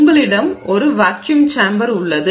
உங்களிடம் ஒரு vacuum chamber உள்ளது